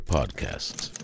Podcasts